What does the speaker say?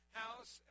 house